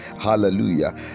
hallelujah